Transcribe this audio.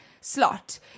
slot